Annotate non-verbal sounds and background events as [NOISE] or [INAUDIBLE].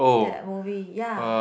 [NOISE] that movie ya